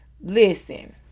Listen